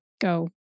go